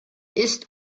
ist